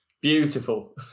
Beautiful